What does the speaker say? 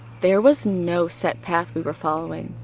there was no set path we were following,